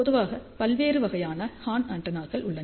பொதுவாக பல்வேறு வகையான ஹார்ன் ஆண்டெனாக்கள் உள்ளன